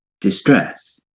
distress